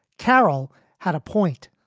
carol had a point.